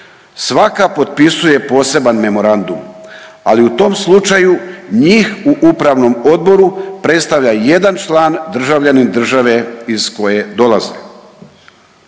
svaka potpisuje poseban memorandum, ali u tom slučaju njih u upravnom odboru predstavlja jedan član državljanin države iz koje dolaze.